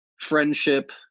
friendship